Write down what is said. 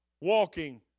walking